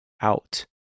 out